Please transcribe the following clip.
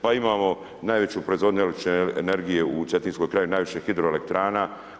Pa imamo najveću proizvodnju električne energije u Cetinskoj krajini, najviše hidroelektrana.